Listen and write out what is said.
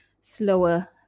slower